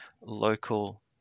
local